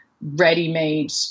ready-made